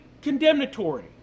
condemnatory